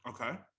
okay